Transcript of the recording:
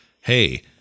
Hey